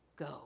go